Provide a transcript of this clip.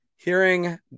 Hearing